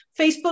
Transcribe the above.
facebook